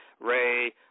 Ray